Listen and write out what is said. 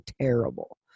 terrible